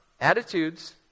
attitudes